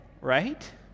right